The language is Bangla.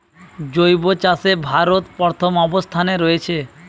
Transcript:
জৈব চাষে ভারত প্রথম অবস্থানে রয়েছে